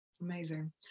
amazing